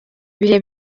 bihe